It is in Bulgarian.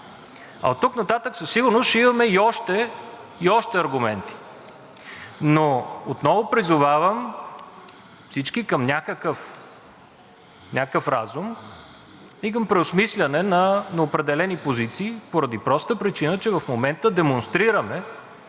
е. Оттук нататък със сигурност ще имаме още и още аргументи, но отново призовавам всички към някакъв разум и към преосмисляне на определени позиции поради простата причина, че в момента демонстрираме